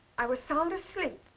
i was sound asleep.